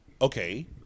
Okay